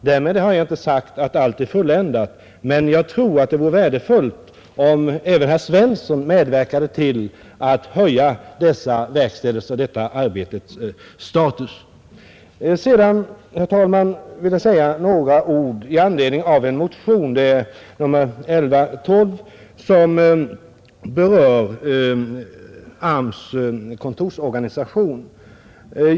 Därmed har jag inte sagt att allt inom den här verksamheten är fulländat. Men jag tror att det vore värdefullt om även herr Svensson medverkade till att höja dessa verkstäders och detta arbetes status. Herr talman! Jag vill nu säga några ord med anledning av den motion, nr 1112, som berör AMS: kontorsorganisation.